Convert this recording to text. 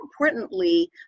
importantly